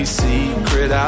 secret